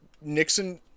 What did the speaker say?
Nixon